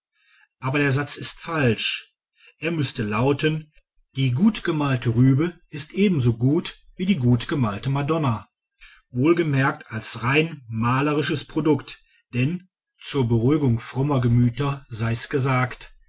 aber der satz ist falsch er müßte lauten die gutgemalte rübe ist ebenso gut wie die gutgemalte madonna wohlgemerkt als rein malerisches produkt denn zur beruhigung frommer gemüter sei's gesagt